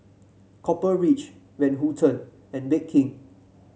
Copper Ridge Van Houten and Bake King